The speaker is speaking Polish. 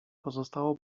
pozostało